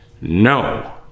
no